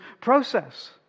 process